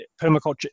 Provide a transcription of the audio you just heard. permaculture